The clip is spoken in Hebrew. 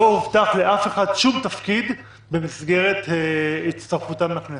לא הובטח לאף אחד שום תפקיד במסגרת הצטרפותם לכנסת.